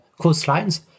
coastlines